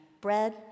bread